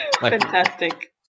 Fantastic